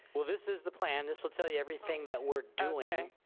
well, this is the plan. this will tell ya everything that we're doing.